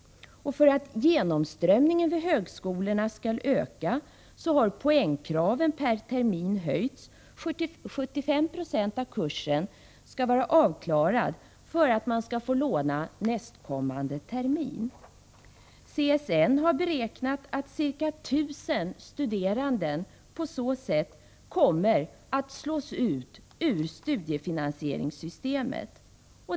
För att genomströmningen vid högskolorna skall öka har poängkraven per termin höjts. 75 20 av kursen skall vara avklarad för att man skall kunna få lån nästkommande termin. CSN har beräknat att ca 1 000 studerande på så sätt kommer att slås ut ur studiefinansieringssystemet.